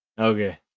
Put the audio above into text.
Okay